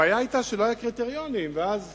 הבעיה היתה שלא היו קריטריונים, ואז